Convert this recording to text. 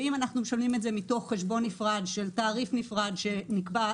ואם אנחנו משלמים את זה מתוך חשבון נפרד של תעריף נפרד שנקבע,